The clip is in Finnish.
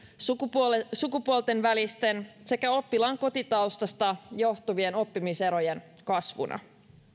sukupuolten sukupuolten välisten sekä oppilaan kotitaustasta johtuvien oppimiserojen kasvuna